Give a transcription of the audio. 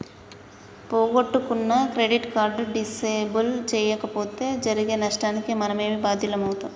పోగొట్టుకున్న credit card disable చేయించకపోతే జరిగే నష్టానికి మనమే బాధ్యులమవుతం